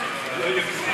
יוסף